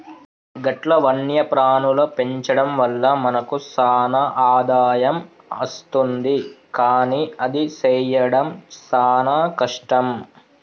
గట్ల వన్యప్రాణుల పెంచడం వల్ల మనకు సాన ఆదాయం అస్తుంది కానీ అది సెయ్యడం సాన కష్టం